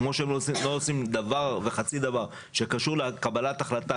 כמו שהם לא עושים דבר וחצי דבר שקשור לקבלת החלטה,